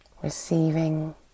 Receiving